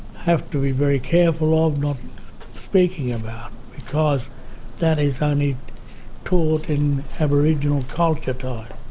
have to be very careful of not speaking about because that is only taught in aboriginal culture time.